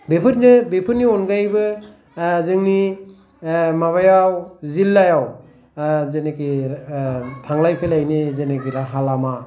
बेफोरनो बेफोरनि अनगायैबो जोंनि माबाआव जिल्लाआव जेनिखि थांलाय फैलायनि जेनिखि राहा लामा